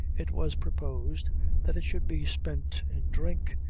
it was proposed that it should be spent in drink,